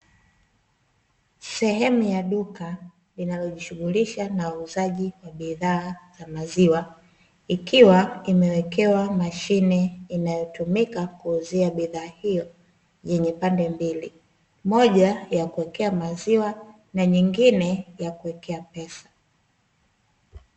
Sehemu ya duka linalojishughulisha na uuzaji wa bidhaa za maziwa, ikiwa imewekewa mashine inayotumika kuuzia bidhaa hiyo, yenye pande mbili moja ya kuwekea maziwa na nyingine ya kuwekea pesa.